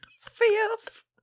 fifth